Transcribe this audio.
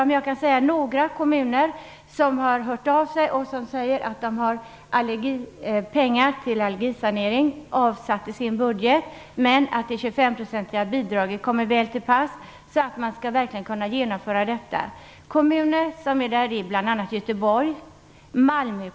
Men jag kan nämna några kommuner som har hört av sig och som säger att de har avsatt pengar till allergisanering i sina budgetar. Men det 25-procentiga bidraget skulle komma väl till pass så att de verkligen kan genomföra saneringarna.